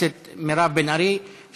ואני מודה לחברת הכנסת מירב בן ארי על